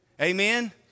amen